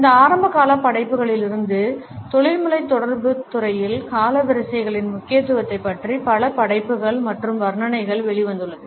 இந்த ஆரம்பகால படைப்புகளிலிருந்து தொழில்முறை தொடர்புத் துறையில் காலவரிசைகளின் முக்கியத்துவத்தைப் பற்றி பல படைப்புகள் மற்றும் வர்ணனைகள் வெளிவந்துள்ளன